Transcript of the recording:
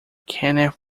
kenneth